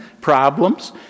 problems